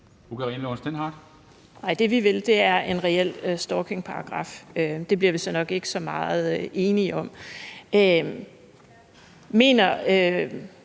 det, vi vil, er en reel stalkingparagraf – det bliver vi jo nok ikke så meget enige om. Mener